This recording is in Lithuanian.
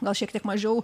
gal šiek tiek mažiau